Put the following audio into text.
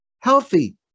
healthy